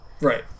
right